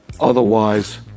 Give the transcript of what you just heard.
Otherwise